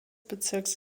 bezirks